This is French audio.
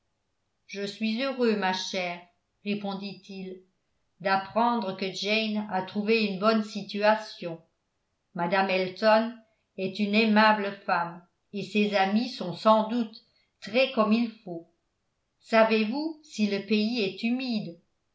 je suis heureux ma chère répondit-il d'apprendre que jane a trouvé une bonne situation mme elton est une aimable femme et ses amis sont sans doute très comme il faut savez-vous si le pays est humide